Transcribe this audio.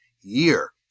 year